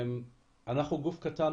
אנחנו גוף קטן,